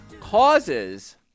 causes